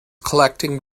collecting